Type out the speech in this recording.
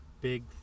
big